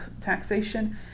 taxation